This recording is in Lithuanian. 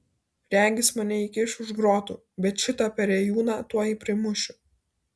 regis mane įkiš už grotų bet šitą perėjūną tuoj primušiu